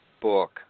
book